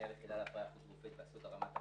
מנהל יחידה להפריה חוץ גופית באסותא רמת החייל.